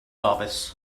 office